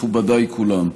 מכובדיי כולם.